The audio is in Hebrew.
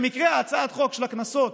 במקרה הצעת החוק של הקנסות